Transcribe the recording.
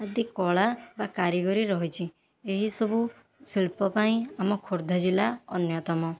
ଆଦି କଳା ବା କାରିଗରୀ ରହିଛି ଏହିସବୁ ଶିଳ୍ପ ପାଇଁ ଆମ ଖୋର୍ଦ୍ଧା ଜିଲ୍ଲା ଅନ୍ୟତମ